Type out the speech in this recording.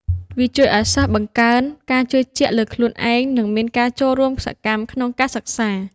វាជួយឱ្យសិស្សបង្កើនការជឿជាក់ លើខ្លួនឯង និងមានការចូលរួមសកម្មក្នុងការសិក្សា។